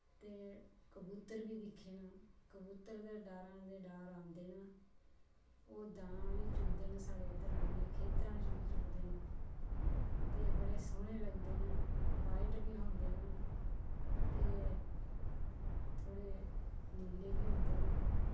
ते कबूतर बी दिक्खे न कबूतर दे डारां दे डार आंदे न ओह् दाना बी चुगदे न साढ़े खेतरां च आनियै बी चुगदे न ते बड़े सोह्ने लगदे न बाईट बी होंदे न ते थोह्ड़े नीले बी होंदे न